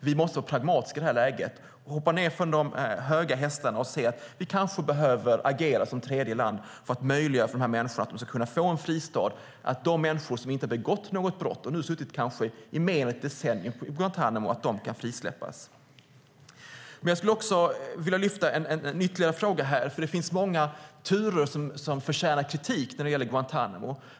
Vi måste vara pragmatiska, hoppa ned från våra höga hästar och inse att vi kanske behöver agera som tredje land för att möjliggöra för dessa människor att få en fristad, att de människor som inte begått något brott och i kanske mer än ett decennium suttit på Guantánamo kan frisläppas. Jag skulle vilja lyfta fram ytterligare en fråga. Det finns många turer som förtjänar kritik när det gäller Guantánamo.